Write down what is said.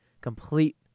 complete